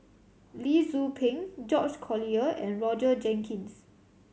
Lee Tzu Pheng George Collyer and Roger Jenkins